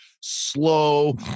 slow